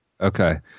Okay